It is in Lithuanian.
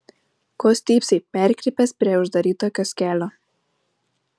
ko stypsai perkrypęs prie uždaryto kioskelio